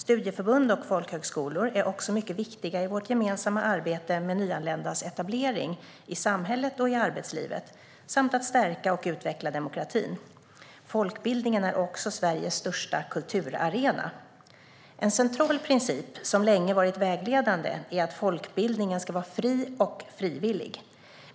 Studieförbund och folkhögskolor är också mycket viktiga i vårt gemensamma arbete med nyanländas etablering i samhället och i arbetslivet samt för att stärka och utveckla demokratin. Folkbildningen är också Sveriges största kulturarena. En central princip som länge varit vägledande är att folkbildningen ska vara fri och frivillig.